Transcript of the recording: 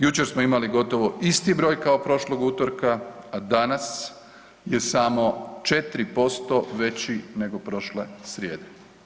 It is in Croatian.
Jučer smo imali gotovo isti broj kao prošlog utorka, a danas je samo 4% veći nego prošle srijede.